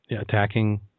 attacking